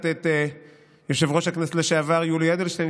את יושב-ראש הכנסת לשעבר יולי אדלשטיין,